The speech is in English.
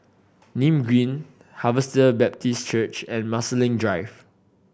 Nim Green Harvester Baptist Church and Marsiling Drive